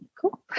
cool